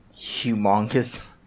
humongous